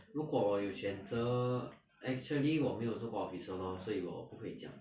如果我有选择 actually 我没有做过 officer lor 所以我不可以讲